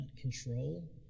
control